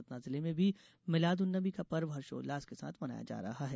सतना जिले में भी मिलाद उन नबी का पर्व हर्षोल्लास के साथ मनाया जा रहा है